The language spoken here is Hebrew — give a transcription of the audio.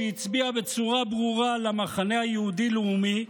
שהצביע בצורה ברורה למחנה היהודי הלאומי,